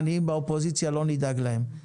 עניים באופוזיציה לא נדאג להם.